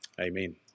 Amen